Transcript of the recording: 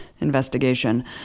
investigation